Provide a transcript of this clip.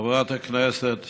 חברת הכנסת